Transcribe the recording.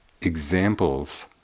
examples